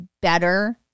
better